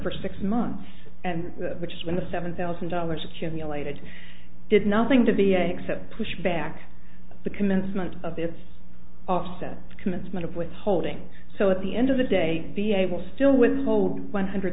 for six months and which is when the seven thousand dollars accumulated did nothing to be a except push back the commencement of this offset the commencement of withholding so at the end of the day the able still with hold one hundred